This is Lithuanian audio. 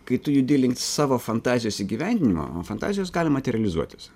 kai tu judi link savo fantazijos įgyvendinimo o fantazijos gali materializuotis